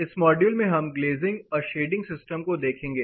इस मॉड्यूल में हम ग्लेजिंग और शेडिंग सिस्टम को देखेंगे